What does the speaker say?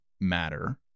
matter